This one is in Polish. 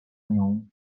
nią